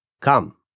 Come